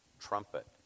trumpet